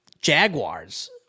Jaguars